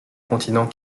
continent